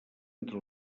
entre